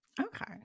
Okay